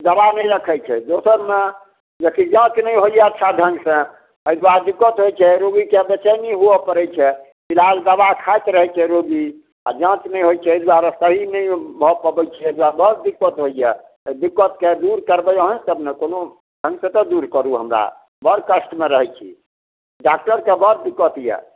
दबा नहि रखैत छै दोसरमे अथी जाँच नहि होइए अच्छा ढङ्ग से एहि दुआरे दिक्कत होइत छै रोगीके बेचैनी हुअ पड़ैत छै इलाज दबा खाइत रहैत छै रोगी आ जाँच नहि होइछै एहि दुआरे सही नहि भऽ पबैत छै एहि दुआरे बड़ दिक्कत होइए तऽ दिक्कतके दूर करबै अहे सब ने कोनो ढङ्गसँ तऽ दूर करु हमरा बड़ कष्टमे रहैत छी डाक्टरके बड़ दिक्कत यऽ